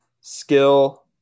skill